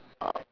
oh